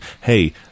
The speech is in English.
hey